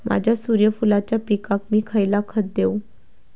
माझ्या सूर्यफुलाच्या पिकाक मी खयला खत देवू?